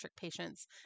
patients